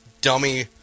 dummy